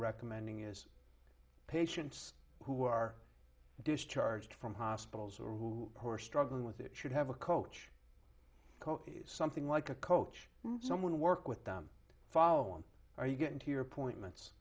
recommending is patients who are discharged from hospitals or who are struggling with it should have a coach call something like a coach someone work with them follow on are you going to your appointments